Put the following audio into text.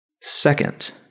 Second